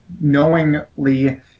knowingly